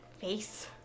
face